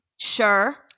sure